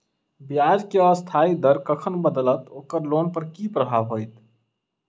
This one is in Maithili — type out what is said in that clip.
ब्याज केँ अस्थायी दर कखन बदलत ओकर लोन पर की प्रभाव होइत?